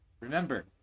Remember